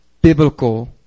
biblical